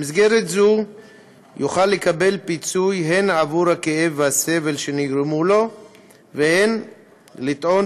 במסגרת זו הוא יוכל לקבל פיצוי הן עבור הכאב והסבל שנגרמו לו והן לטעון